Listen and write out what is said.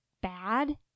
bad